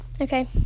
okay